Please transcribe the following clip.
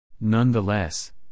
Nonetheless